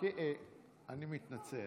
ויתרה מזו,